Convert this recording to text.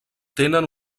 tenen